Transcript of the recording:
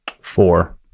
Four